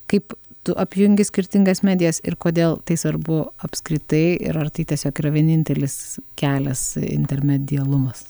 kaip tu apjungi skirtingas medijas ir kodėl tai svarbu apskritai ir ar tai tiesiog yra vienintelis kelias intermedialumas